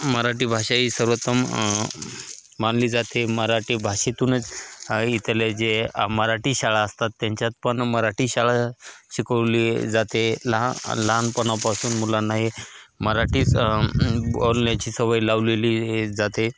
मराठी भाषा ही सर्वोत्तम मानली जाते मराठी भाषेतूनच इथले जे मराठी शाळा असतात त्यांच्यात पण मराठी शाळा शिकवली जाते लहा लहानपणापासून मुलांना हे मराठीच बोलण्याची सवय लावलेली हे जाते